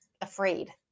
afraid